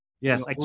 yes